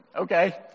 Okay